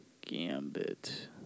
Gambit